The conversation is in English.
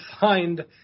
find